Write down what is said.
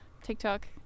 TikTok